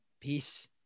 Peace